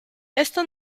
esto